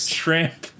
shrimp